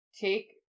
take